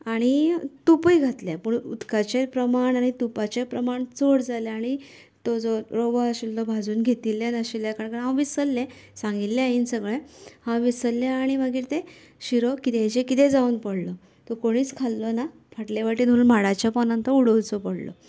आनी तुपय घातलें पूण उदकांचे प्रमाण आनी तुपाचे प्रमाण चड जाले आनी तो जो रवो आशिल्लो भाजून घेतिल्ल्या नाशिल्ल्या कारणान हांव विसरले सांगिल्ले आईन सगळें हांव विसरले आनी मागीर तें शिरो कित्याचें कितें जावन पडलो तो कोणेच खाल्लो ना फाटलें वाटेन व्हरून माडाच्या पोंदांक व्हरून तो उडोवचो पडलो